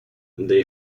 they